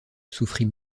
souffrit